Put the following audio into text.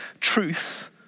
truth